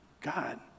God